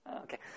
Okay